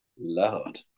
Lord